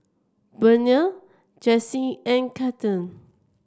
Burnell Jessy and Cathern